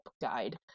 guide